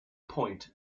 point